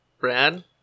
Brad